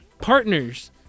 partners